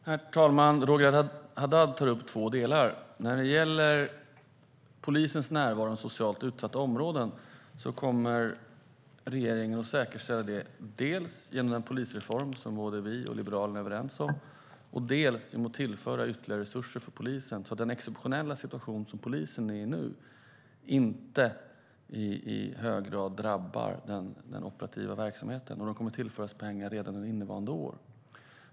Herr talman! Roger Haddad tar upp två delar. När det gäller polisens närvaro i de socialt utsatta områdena kommer regeringen att säkerställa det dels genom den polisreform som vi och Liberalerna är överens om, dels genom att tillföra ytterligare resurser för polisen så att den exceptionella situation som polisen är i nu inte i hög grad drabbar den operativa verksamheten. De kommer att tillföras pengar redan under innevarande år.